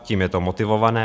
Tím je to motivované.